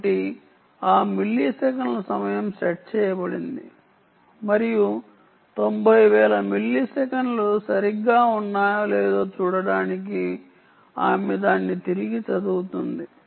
కాబట్టి ఆ మిల్లీసెకన్ల సమయం సెట్ చేయబడింది మరియు తొంభై వేల మిల్లీసెకన్లు సరిగ్గా ఉన్నాయో లేదో చూడటానికి ఆమె దాన్ని తిరిగి చదువుతుంది